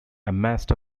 amassed